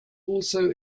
also